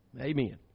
Amen